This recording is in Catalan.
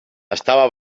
estava